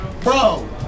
Bro